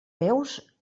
meus